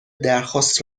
درخواست